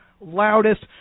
loudest